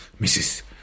Mrs